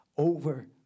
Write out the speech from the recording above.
Over